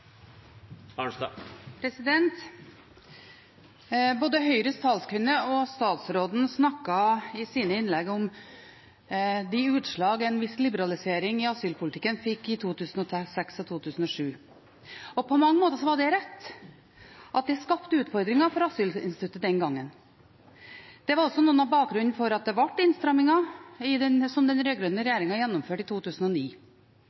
Både Høyres talskvinne og statsråden snakket i sine innlegg om de utslag en viss liberalisering i asylpolitikken fikk i 2006 og 2007. På mange måter var det rett at det skapte utfordringer for asylinstituttet den gangen. Det var også noe av bakgrunnen for innstrammingene som den rød-grønne regjeringen gjennomførte i 2009. De innstrammingene som den